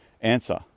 Answer